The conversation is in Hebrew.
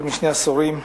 כבר יותר משני עשורים.